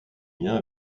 bien